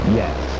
yes